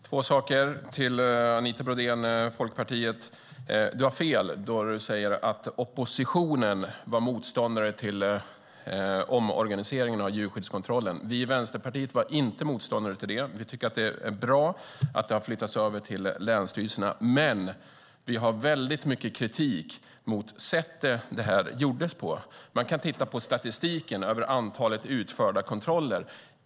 Herr talman! Jag vill säga två saker till Anita Brodén. Du har fel då du säger att "oppositionen" var motståndare till omorganiseringen av djurskyddskontrollen. Vi i Vänsterpartiet var inte motståndare till det. Vi tycker att det är bra att den har flyttats över till länsstyrelserna. Men vi har väldigt mycket kritik mot sättet som det här gjordes på. Man kan titta på statistiken över antalet utförda kontroller.